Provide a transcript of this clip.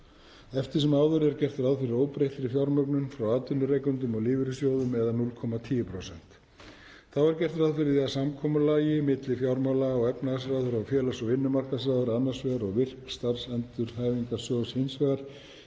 Eftir sem áður er gert ráð fyrir óbreyttri fjármögnun frá atvinnurekendum og lífeyrissjóðum, eða 0,10%. Þá er gert ráð fyrir því að samkomulagi milli fjármála- og efnahagsráðherra og félags- og vinnumarkaðsráðherra annars vegar og VIRK starfsendurhæfingarsjóðs hins